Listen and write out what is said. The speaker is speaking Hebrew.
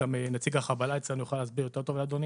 עוד מעט גם נציג החבלה אצלנו יוכל להסביר יותר טוב לאדוני.